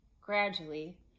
Gradually